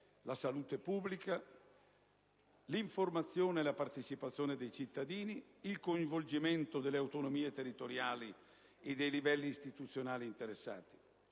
la salute pubblica, l'informazione e la partecipazione dei cittadini, il coinvolgimento delle autonomie territoriali e dei livelli istituzionali interessati.